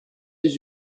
les